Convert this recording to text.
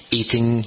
eating